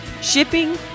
shipping